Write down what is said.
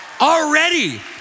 Already